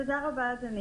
תודה, אדוני